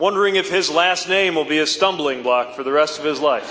wondering if his last name will be a stumbling block for the rest of his life